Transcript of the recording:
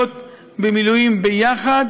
להיות במילואים יחד,